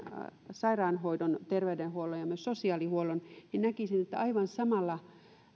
sairaanhoidon terveydenhuollon ja myös sosiaalihuollon niin aivan samalla